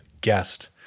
guest